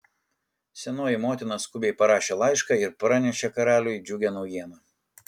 senoji motina skubiai parašė laišką ir pranešė karaliui džiugią naujieną